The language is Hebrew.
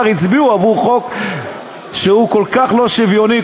הצביעו עבור חוק שהוא כל כך לא שוויוני,